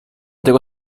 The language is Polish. tego